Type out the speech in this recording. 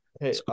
Hey